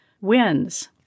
wins